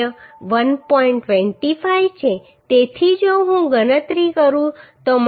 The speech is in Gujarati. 25 છે તેથી જો હું ગણતરી કરું તો મને 69